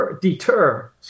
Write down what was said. deter